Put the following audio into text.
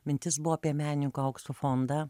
mintis buvo apie meniniko aukso fondą